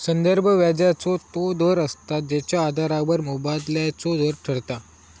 संदर्भ व्याजाचो तो दर असता जेच्या आधारावर मोबदल्याचो दर ठरता